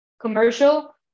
commercial